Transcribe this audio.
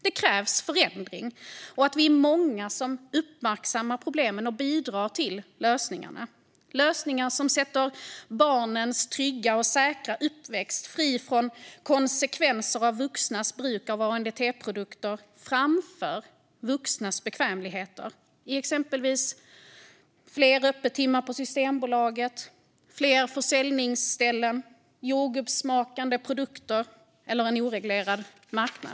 Det krävs förändring och att vi är många som uppmärksammar problemen och bidrar till lösningar som sätter barnens trygga och säkra uppväxt, fri från konsekvenser av vuxnas bruk av ANDT-produkter, framför vuxnas bekvämligheter som exempelvis fler öppettimmar på Systembolaget, fler försäljningsställen, jordgubbsmakande produkter och en oreglerad marknad.